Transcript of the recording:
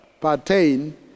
pertain